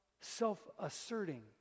self-asserting